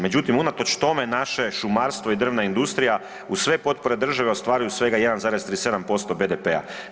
Međutim, unatoč tome naše šumarstvo i drvna industrija uz sve potpore države ostvaruju svega 1,37% BDP-a.